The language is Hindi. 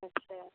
अच्छा